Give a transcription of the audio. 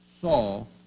Saul